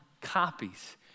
copies